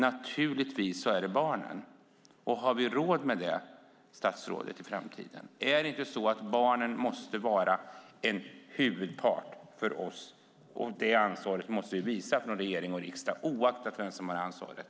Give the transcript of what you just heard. Naturligtvis är det barnen. Har vi råd med det, statsrådet? Måste inte barnen vara en huvudpart för oss? Det ansvaret måste regering och riksdag ta, oavsett vem som har ansvaret.